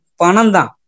Pananda